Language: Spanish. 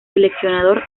seleccionador